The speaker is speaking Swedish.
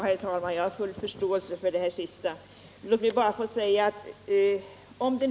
Herr talman! Jag har full förståelse för det som försvarsministern senast sade.